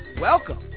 welcome